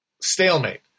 stalemate